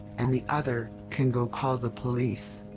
and the other can go call the police.